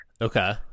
Okay